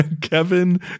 kevin